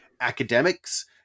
academics